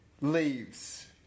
Leaves